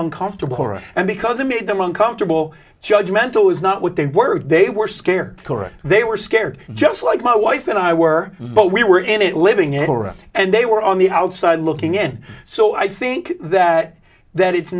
uncomfortable aura and because it made them uncomfortable judge mental was not what they were they were scared cora they were scared just like my wife and i were but we were in it living in aurora and they were on the outside looking in so i think that that it's